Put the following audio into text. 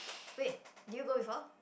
wait did you go before